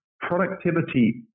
Productivity